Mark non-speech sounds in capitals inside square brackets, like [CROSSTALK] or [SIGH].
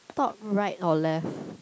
top right or left [BREATH]